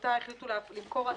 שבמסגרתה החליטו למכור עד